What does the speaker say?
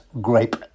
grape